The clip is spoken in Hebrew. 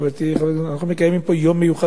אנחנו מקיימים פה יום מיוחד בכנסת